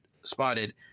spotted